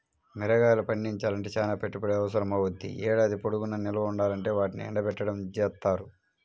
మిరగాయలు పండించాలంటే చానా పెట్టుబడి అవసరమవ్వుద్ది, ఏడాది పొడుగునా నిల్వ ఉండాలంటే వాటిని ఎండబెట్టడం జేత్తారు